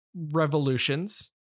revolutions